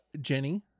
Jenny